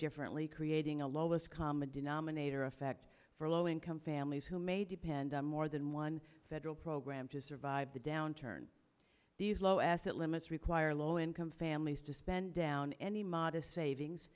differently creating a lowest common denominator effect for low income families who may depend on more than one federal program to survive the downturn these low asset limits require low income families to spend down any modest savings